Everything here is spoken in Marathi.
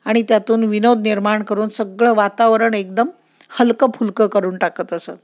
आणि त्यातून विनोद निर्माण करून सगळं वातावरण एकदम हलकं फुलकं करून टाकत असत